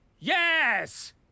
Yes